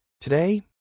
Today